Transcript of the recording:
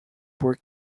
were